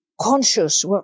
conscious